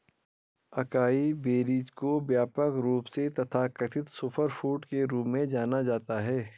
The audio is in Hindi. अकाई बेरीज को व्यापक रूप से तथाकथित सुपरफूड के रूप में जाना जाता है